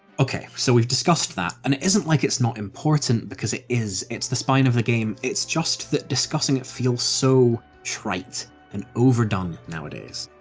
okay, so we've discussed that, and it isn't like it's not important, because it is, it's the spine of the game, it's just that discussing it feels so trite and overdone nowadays.